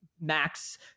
max